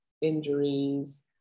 injuries